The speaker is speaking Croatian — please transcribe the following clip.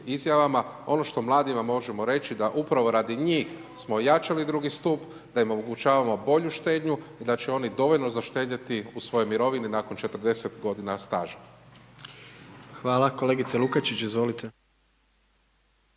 Ono što mladima vam možemo reći, da upravo radi njih smo jačali drugi stup, da im omogućavamo bolju štednju i da će oni dovoljno uštedjeti u svojoj mirovini nakon 40 g. staža. **Jandroković, Gordan